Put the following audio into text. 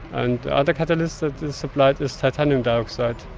and the other catalyst that is supplied is titanium dioxide.